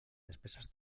despeses